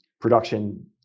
production